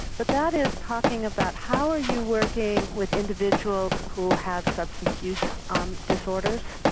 but that is talking about how are you working with individuals who have substance use um disorders?